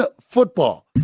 football